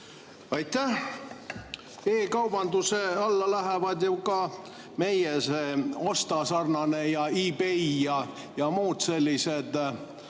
Aitäh! E-kaubanduse alla lähevad ju ka meie Osta.ee-sarnased ja eBay ja muud sellised,